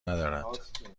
ندارد